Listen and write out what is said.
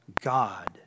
God